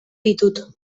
ditut